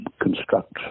construct